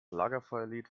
lagerfeuerlied